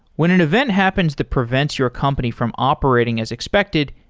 when an event happens that prevents your company from operating as expected,